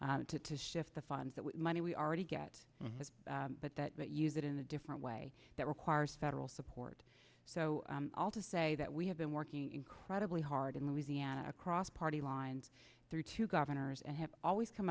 to shift the funds that money we already get but that that use it in a different way that requires federal support so all to say that we have been working incredibly hard in louisiana across party lines through two governors and have always come